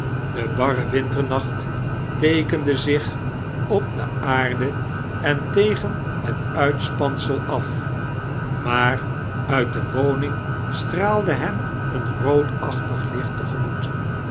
de barre winternacht teekende zioh op de aarde en tegen het uitspansel af maair uit de woning steaalde hem een roodachitig licht